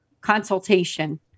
consultation